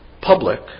public